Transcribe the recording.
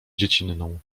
dziecinną